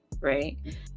right